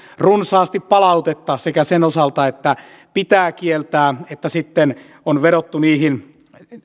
runsaasti palautetta sekä sen osalta että pitää kieltää että sitten on vedottu niihin